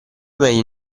meglio